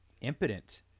impotent